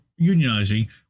unionizing